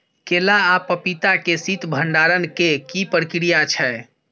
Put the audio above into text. केला आ पपीता के शीत भंडारण के की प्रक्रिया छै?